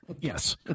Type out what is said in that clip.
Yes